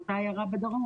באותה עיירה בדרום,